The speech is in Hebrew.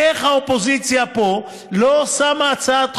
איך האופוזיציה פה לא שמה הצעת חוק: